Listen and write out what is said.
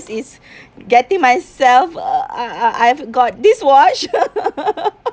is getting myself uh I've got this watch